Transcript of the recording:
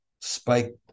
spike